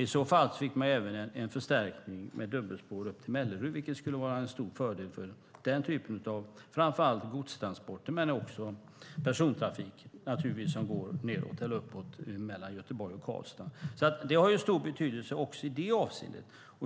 I så fall blir det en förstärkning med dubbelspår upp till Mellerud, vilket skulle vara en stor fördel för den typen av framför allt godstransporter och persontrafik som går nedåt eller uppåt mellan Göteborg och Karlstad. Det har stor betydelse också i det avseendet.